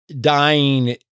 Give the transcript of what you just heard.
dying